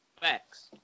Facts